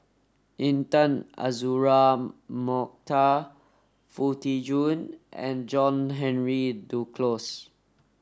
Intan Azura Mokhtar Foo Tee Jun and John Henry Duclos